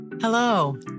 Hello